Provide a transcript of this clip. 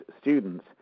students